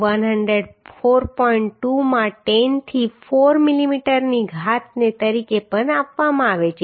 2 માં 10 થી 4 મિલીમીટરની ઘાત તરીકે પણ આપવામાં આવે છે